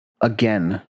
again